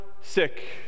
sick